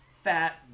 Fat